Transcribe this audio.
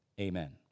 Amen